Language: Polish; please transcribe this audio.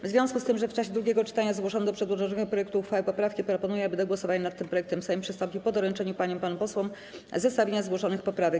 W związku z tym, że w czasie drugiego czytania zgłoszono do przedłożonego projektu uchwały poprawki, proponuję, aby do głosowania nad tym projektem Sejm przystąpił po doręczeniu paniom i panom posłom zestawienia zgłoszonych poprawek.